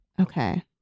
Okay